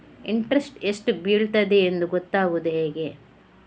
Interest ಎಷ್ಟು ಬೀಳ್ತದೆಯೆಂದು ಗೊತ್ತಾಗೂದು ಹೇಗೆ?